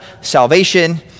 salvation